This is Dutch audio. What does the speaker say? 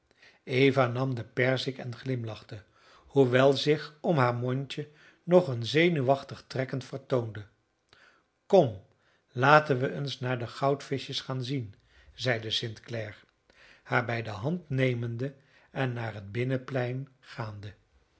eva nam de perzik en glimlachte hoewel zich om haar mondje nog een zenuwachtig trekken vertoonde kom laten wij eens naar de goudvischjes gaan zien zeide st clare haar bij de hand nemende en naar het binnenplein gaande